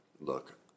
look